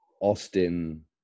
Austin